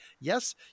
Yes